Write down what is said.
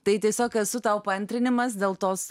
tai tiesiog esu tau paantrinimas dėl tos